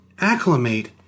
acclimate